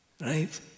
Right